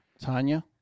Tanya